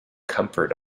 comfort